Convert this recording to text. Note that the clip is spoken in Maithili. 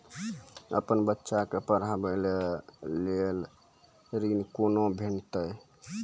अपन बच्चा के पढाबै के लेल ऋण कुना भेंटते?